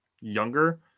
younger